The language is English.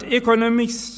economics